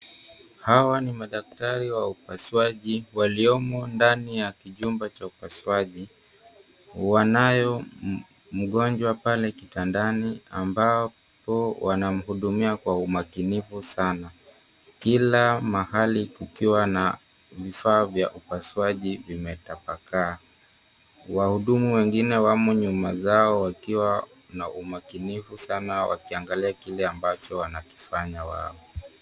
Hawa ni madaktari wa upasuaji waliomo ndani ya kijumba cha upasuaji. Wanayo mgonjwa pale kitandani ambapo wanamhudumia kwa umakinifu sana, kila mahali kukiwa na vifaa vya upasuaji vimetapakaa. Wahudumu wengine wamo nyuma zao wakiwa na umakinifu sana wakiangalia kile ambacho wanakifanya wao.